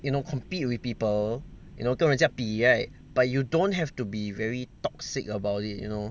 you know compete with people you know 跟人家比 right but you don't have to be very toxic about it you know